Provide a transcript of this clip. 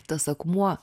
tas akmuo